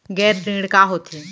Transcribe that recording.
गैर ऋण का होथे?